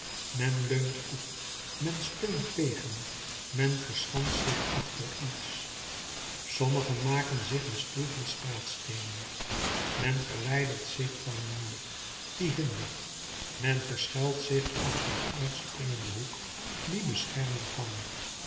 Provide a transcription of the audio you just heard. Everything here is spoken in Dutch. men leunt op men steunt tegen men verschanst zich achter iets sommigen maken zich een stoel van straatsteenen men verwijdert zich van een muur die hindert men verschuilt zich achter een uitspringenden hoek die beschermen kan